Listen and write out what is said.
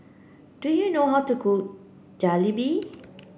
do you know how to cook Jalebi